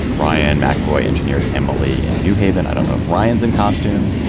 ryan mcavoy engineered emily in new haven. i don't know if ryan's in costume.